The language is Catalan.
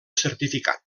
certificat